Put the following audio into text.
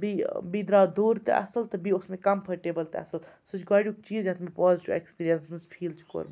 بیٚیہ بیٚیہِ درٛاو دوٚر تہِ اَصٕل تہِ بیٚیہِ اوس مےٚ کَمفٲٹیبٕل تہِ اَصٕل سُہ چھُ گۄڈٕنیُک چیٖز یَتھ مے پازٹِو اٮ۪کٕسپیٖریَنٕس منٛز فیٖل چھُ کوٚرمُت